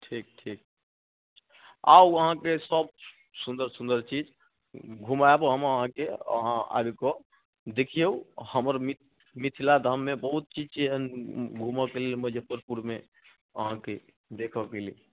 ठीक ठीक आउ अहाँकेँ सब सुन्दर सुन्दर चीज घूमायब हम अहाँकेँ अहाँ आबिके देखिऔ हमर मिथिला धाममे बहुत चीज छै एहन घूमऽ के लेल मुजफ्फरपुरमे अहाँकेँ देखऽ के लेल